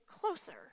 closer